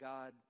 God